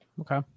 Okay